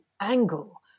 angle